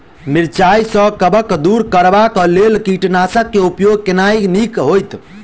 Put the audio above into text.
मिरचाई सँ कवक दूर करबाक लेल केँ कीटनासक केँ उपयोग केनाइ नीक होइत?